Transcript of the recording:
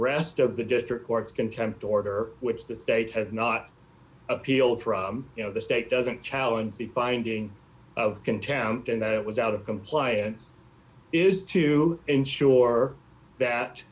rest of the district courts contempt order which the state has not appealed for you know the state doesn't challenge the finding of contempt and that was out of compliance is to ensure that